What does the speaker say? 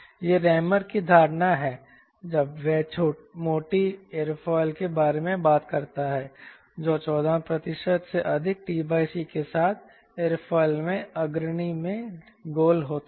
यह रैमर की धारणा है जब वह मोटी एयरोफिल के बारे में बात करता है जो 14 से अधिक t c के साथ एयरोफिल में अग्रणी में गोल होता है